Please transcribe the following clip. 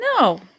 No